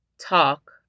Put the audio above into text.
talk